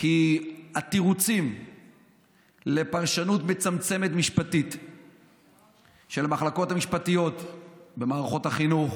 כי התירוצים לפרשנות מצמצמת של המחלקות המשפטיות במערכות החינוך